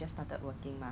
the mask